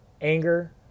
anger